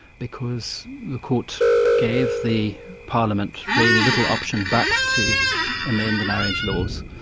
because the court gave the parliament really little option but to amend the marriage laws.